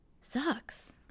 sucks